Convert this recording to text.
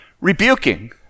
rebuking